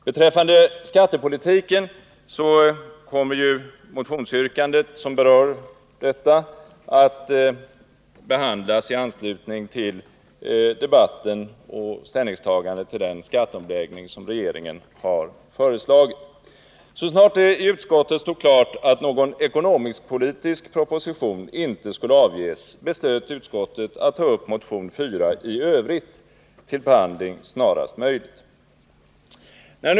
Beträffande skattepolitiken kommer ju motionsyrkandet som berör denna att behandlas i anslutning till debatten om och ställningstagandet till den skatteomläggning som regeringen har föreslagit. Så snart det i utskottet stod klart att någon ekonomisk-politisk proposition inte skulle avges beslöt utskottet att ta upp motion 4 i övrigt till behandling snarast möjligt.